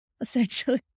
essentially